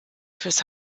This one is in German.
fürs